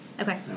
Okay